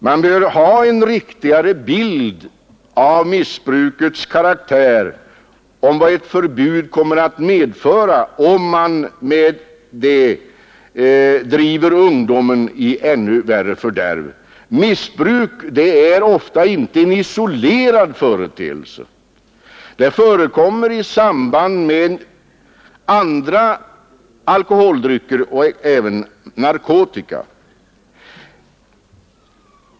Man bör ha en riktigare bild av missbrukets karaktär och vad ett förbud kommer att medföra, t.ex. om man därmed driver ungdomen i ännu värre fördärv. Missbruk är ofta inte en isolerad företeelse. Det förekommer i samband med andra alkoholdrycker och även narkotika.